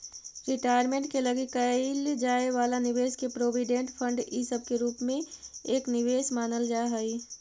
retirement के लगी कईल जाए वाला निवेश के प्रोविडेंट फंड इ सब के रूप में एक निवेश मानल जा हई